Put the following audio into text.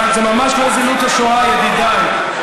זה ממש לא זילות השואה, ידידיי.